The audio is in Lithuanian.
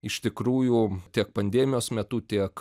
iš tikrųjų tiek pandemijos metu tiek